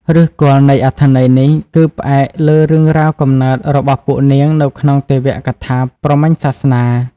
ឫសគល់នៃអត្ថន័យនេះ គឺផ្អែកលើរឿងរ៉ាវកំណើតរបស់ពួកនាងនៅក្នុងទេវកថាព្រហ្មញ្ញសាសនា។